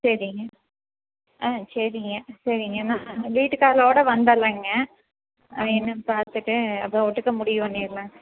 சரிங்க ஆ சரிங்க சரிங்க நான் வீட்டுக்காரோட வந்தடுறங்க என்னன்னு பார்த்துட்டு அப்போ ஒட்டுக்க முடிவு பண்ணிர்லாங்க